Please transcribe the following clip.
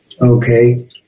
okay